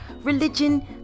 religion